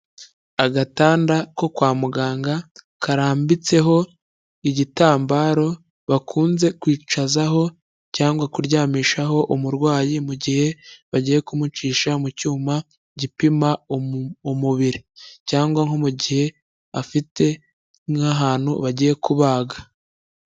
Agatanda ko kwa muganga karambitseho igitambaro bakunze kwicazaho cyangwa kuryamishaho umurwayi, mu gihe bagiye kumucisha mu cyuma gipima umubiri cyangwa nko mu gihe afite nk'ahantu bagiye kubaga.